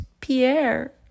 Pierre